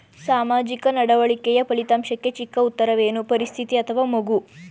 ಸಾಮಾಜಿಕ ನಡವಳಿಕೆಯ ಫಲಿತಾಂಶಕ್ಕೆ ಚಿಕ್ಕ ಉತ್ತರವೇನು? ಪರಿಸ್ಥಿತಿ ಅಥವಾ ಮಗು?